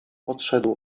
odszedł